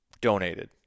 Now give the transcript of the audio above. donated